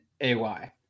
A-Y